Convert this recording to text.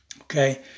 okay